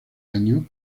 año